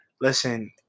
Listen